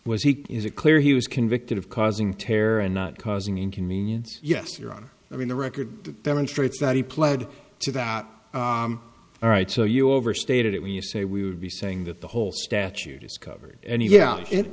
was he is it clear he was convicted of causing terror and not causing inconvenience yes your honor i mean the record demonstrates that he pled to that all right so you overstated it when you say we would be saying that the whole statute is covered and yeah it